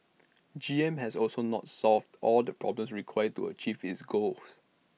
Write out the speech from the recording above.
G M has also not solved all the problems required to achieve its goals